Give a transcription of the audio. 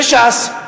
וש"ס,